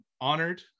honored